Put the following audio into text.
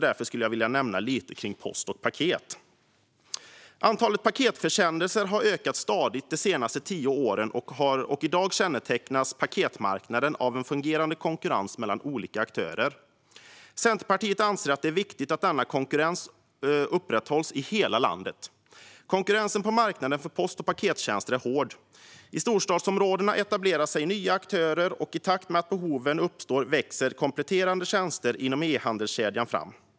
Därför skulle jag vilja nämna lite om post och paket. Antalet paketförsändelser har ökat stadigt de senaste tio åren, och i dag kännetecknas paketmarknaden av en fungerande konkurrens mellan olika aktörer. Centerpartiet anser att det är viktigt att denna konkurrens upprätthålls i hela landet. Konkurrensen på marknaden för post och pakettjänster är hård. I storstadsområdena etablerar sig nya aktörer, och i takt med att behoven uppstår växer kompletterande tjänster inom e-handelskedjan fram.